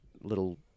little